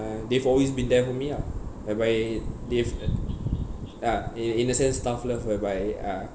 they've always been there for me lah whereby they've uh ya in in a sense tough love whereby uh